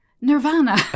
Nirvana